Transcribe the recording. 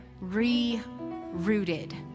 re-rooted